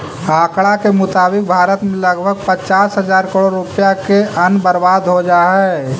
आँकड़ा के मुताबिक भारत में लगभग पचास हजार करोड़ रुपया के अन्न बर्बाद हो जा हइ